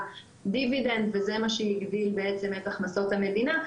דיבידנד וזה מה שהגדיל בעצם את הכנסות המדינה,